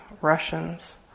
Russians